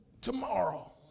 tomorrow